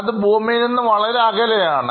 അത് ഭൂമിയിൽ നിന്നും വളരെ അകലെയാണ്